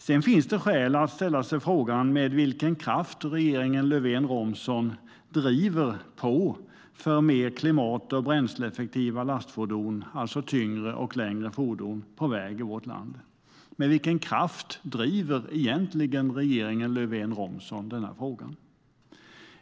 Det finns skäl att fråga sig med vilken kraft regeringen Löfven-Romson driver på för mer klimat och bränsleeffektiva lastfordon, alltså tyngre och längre fordon, på väg i vårt land. Med vilken kraft driver egentligen regeringen Löfven-Romson den frågan?